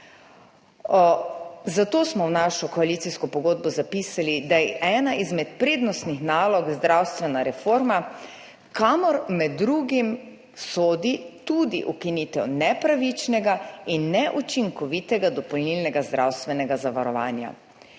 Zato smo v koalicijsko pogodbo zapisali, da je ena izmed prednostnih nalog zdravstvena reforma, kamor med drugim sodi tudi ukinitev nepravičnega in neučinkovitega dopolnilnega zdravstvenega zavarovanja.